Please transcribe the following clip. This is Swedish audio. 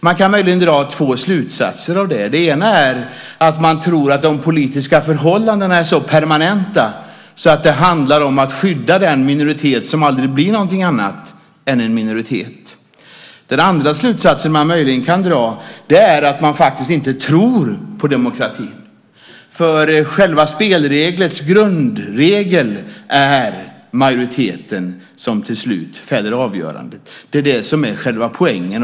Man kan möjligen dra två slutsatser här: Den ena slutsatsen är att man tror att de politiska förhållandena är så permanenta att det handlar om att skydda den minoritet som aldrig blir något annat än en minoritet. Den andra slutsatsen är att man faktiskt inte tror på demokratin. Själva spelets grundregel är att majoriteten till slut fäller avgörandet. Det är själva poängen.